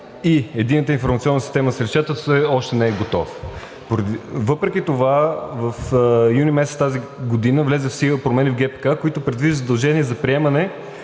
и Единната информационна система, още не е готов. Въпреки това през месец юни тази година влязоха в сила промени в ГПК, които предвиждат задължения за приемане